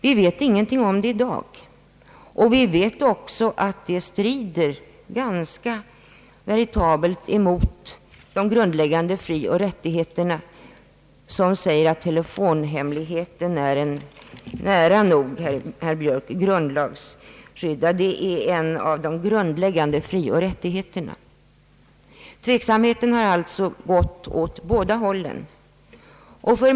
Vi vet ingenting om det i dag. Vi vet däremot att det strider ganska diametralt mot principen om de grundläggande frioch rättigheterna, som säger att telefonhemligheten är nära nog, herr Björk, grundlagsskyddad. Det är en av de grundläggande frioch rättigheterna. Tveksamheten har alltså gått åt båda hållen.